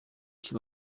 que